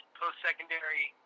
post-secondary